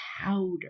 powder